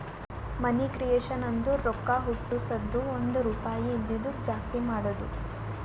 ಮನಿ creation ಅಂದುರ್ ರೊಕ್ಕಾ ಹುಟ್ಟುಸದ್ದು ಒಂದ್ ರುಪಾಯಿ ಇದಿದ್ದುಕ್ ಜಾಸ್ತಿ ಮಾಡದು